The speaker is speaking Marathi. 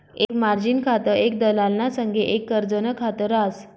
एक मार्जिन खातं एक दलालना संगे एक कर्जनं खात रास